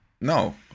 No